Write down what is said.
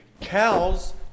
cows